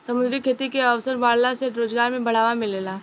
समुंद्री खेती के अवसर बाढ़ला से रोजगार में बढ़ावा मिलेला